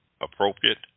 appropriate